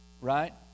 right